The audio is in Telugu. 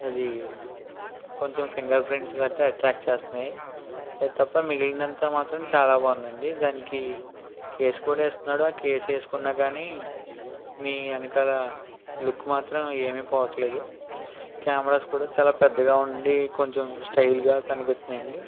అది కొంచెం ఫింగర్ప్రింట్స్ గట్టా అట్రాక్ట్ చేస్తున్నాయి అది తప్ప మిగిలింది అంతా మాత్రం చాలా బాగుంది అండి దానికి కేస్ కూడా ఇస్తున్నాడు ఆ కేసు వేసుకున్నా కానీ మీ వెనకాల లుక్ మాత్రం ఏమీ పోవట్లేదు కెమెరాస్ కూడా చాలా పెద్దగా ఉండి కొంచెం స్టైల్గా కనిపిస్తున్నాయి అండి